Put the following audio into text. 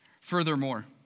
Furthermore